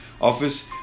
office